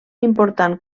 important